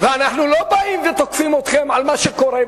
אנחנו לא באים ותוקפים אתכם על מה שקורה יום-יום,